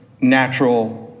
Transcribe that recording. natural